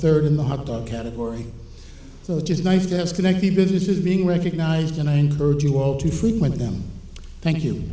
third in the hotdog category so it's just nice to have connect the business is being recognized and i encourage you all to frequent them thank you